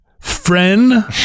friend